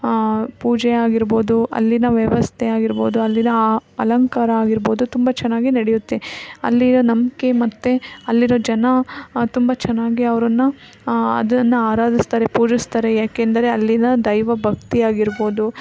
ಪೂಜೆ ಆಗಿರ್ಬೋದು ಅಲ್ಲಿನ ವ್ಯವಸ್ಥೆ ಆಗಿರ್ಬೋದು ಅಲ್ಲಿನ ಆ ಅಲಂಕಾರ ಆಗಿರ್ಬೋದು ತುಂಬ ಚೆನ್ನಾಗಿ ನಡೆಯುತ್ತೆ ಅಲ್ಲಿಯ ನಂಬಿಕೆ ಮತ್ತು ಅಲ್ಲಿರೋ ಜನ ತುಂಬ ಚೆನ್ನಾಗೇ ಅವರನ್ನ ಅದನ್ನು ಆರಾಧಿಸ್ತಾರೆ ಪೂಜಿಸ್ತಾರೆ ಏಕೆಂದರೆ ಅಲ್ಲಿನ ದೈವಭಕ್ತಿ ಆಗಿರ್ಬೋದು